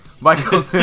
Michael